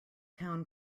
town